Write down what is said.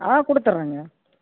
ஆ கொடுத்தட்றேங்க